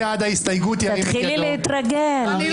תתחילי להתרגל,